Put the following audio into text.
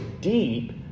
deep